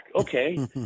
Okay